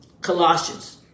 Colossians